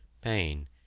PAIN